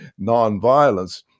nonviolence